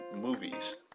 movies